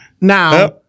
Now